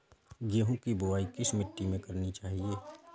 गेहूँ की बुवाई किस मिट्टी में करनी चाहिए?